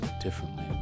differently